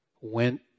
went